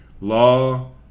Law